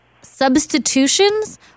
substitutions